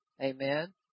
amen